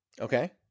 Okay